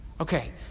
Okay